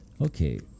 Okay